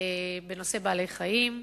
בנושא בעלי-חיים.